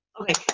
okay